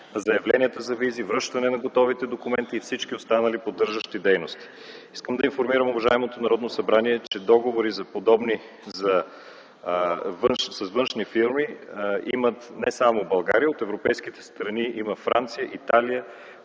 заявленията за визи, връщане на готовите документи и всички останали поддържащи дейности. Искам да информирам уважаемото Народно събрание, че договори с външни фирми има не само България, от европейските страни има Франция, Италия,